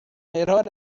mejor